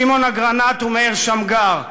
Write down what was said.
שמעון אגרנט ומאיר שמגר,